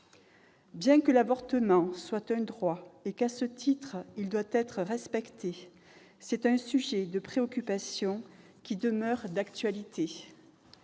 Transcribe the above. Bien que l'avortement soit un droit et que, à ce titre, il doive être respecté, c'est un sujet de préoccupation qui demeure d'actualité.